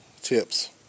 tips